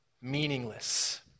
meaningless